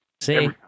See